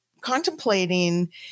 contemplating